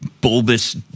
bulbous